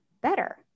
better